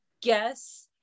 guess